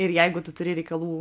ir jeigu tu turi reikalų